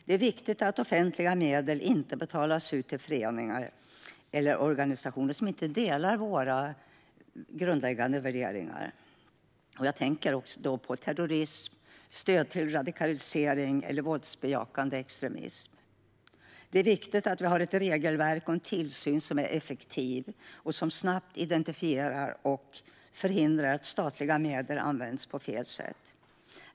Det är viktigt att offentliga medel inte betalas ut till föreningar eller organisationer som inte delar våra grundläggande värderingar. Jag tänker då på terrorism och stöd till radikalisering eller våldsbejakande extremism. Det är viktigt att vi har ett regelverk och en tillsyn som är effektiv och som snabbt identifierar och förhindrar att statliga medel används på fel sätt.